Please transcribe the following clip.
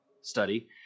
study